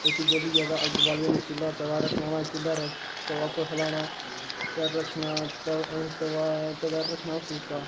उस्सी बेलियै ते अग्ग बाल्ली ओड़नी चुल्हा पर तवा रक्खना ना चुल्हे पर तवा भक्खे दा होना ते रक्खना त तवा तवै पर रक्खना फुलका